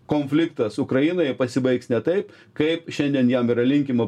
konfliktas ukrainoje pasibaigs ne taip kaip šiandien jam yra linkima